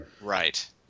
Right